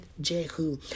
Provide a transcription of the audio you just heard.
Jehu